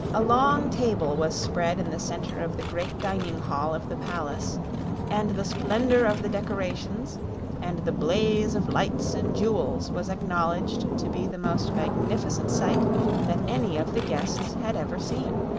a long table was spread in the center of the great dining-hall of the palace and the splendor of the decorations and the blaze of lights and jewels was acknowledged to be the most magnificent sight that any of the guests had ever seen.